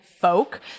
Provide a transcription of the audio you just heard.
folk